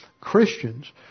Christians